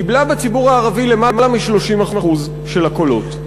קיבלה בציבור הערבי יותר מ-30% של הקולות.